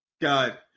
God